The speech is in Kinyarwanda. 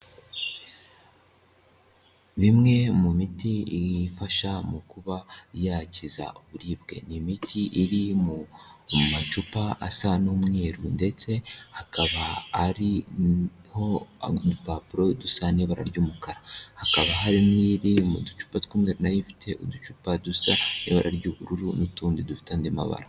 Bimwe mu miti ifasha mu kuba yakiza uburibwe, ni imiti iri mu macupa asa n'umweru ndetse akaba ariho udupapuro dusane ibara ry'umukara, hakaba hari n'iri mu ducupa tw'umweru nayo ifite uducupa dusa ibara ry'ubururu n'utundi dufite andi mabara.